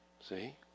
See